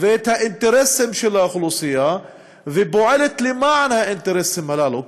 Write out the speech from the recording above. ואת האינטרסים של האוכלוסייה ופועלת למען האינטרסים הללו,